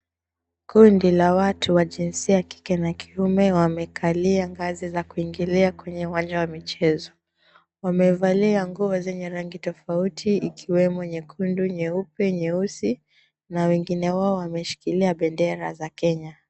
Kundi la watu wa jinsia ya kike na kiume wamekalia ngazi za kuingilia kwenye uwanja wa michezo. Wamevalia nguo zenye rangi tofauti ikiwemo nyekundu, nyeupe, nyeusi, na wengine wao wameshikilia bendera za Kenya.